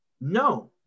No